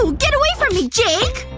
so get away from me, jake!